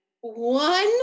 One